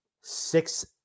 six